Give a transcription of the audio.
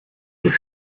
deux